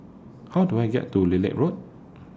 How Do I get to Lilac Road